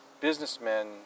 businessmen